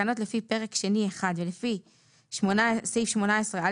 תקנות לפי פרק שני1 ולפי סעיף 18א,